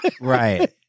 Right